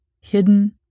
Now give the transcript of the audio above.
hidden